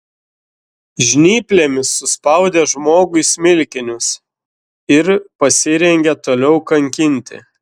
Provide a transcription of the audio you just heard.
žnyplėmis suspaudė žmogui smilkinius ir pasirengė toliau kankinti